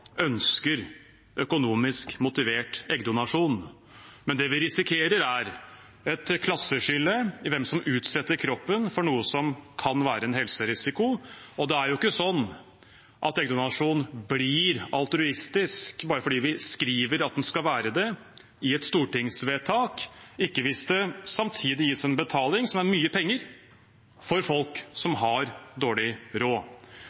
ønsker økonomisk motivert eggdonasjon, men det vi risikerer, er et klasseskille i hvem som utsetter kroppen for noe som kan være en helserisiko. Det er ikke sånn at eggdonasjon blir altruistisk bare fordi vi skriver i et stortingsvedtak at den skal være det – ikke hvis det samtidig gis en betaling som er mye penger for folk som har dårlig råd.